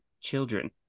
children